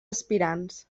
aspirants